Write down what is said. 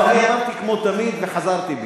לא, אני אמרתי: כמו תמיד, וחזרתי בי.